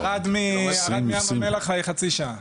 ערד מים המלח חצי שעה.